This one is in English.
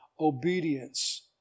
obedience